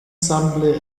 semblent